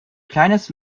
kleines